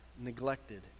neglected